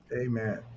amen